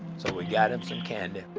so we got him some candy,